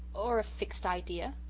or a fixed idea?